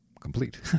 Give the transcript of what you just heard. complete